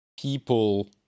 people